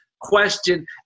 question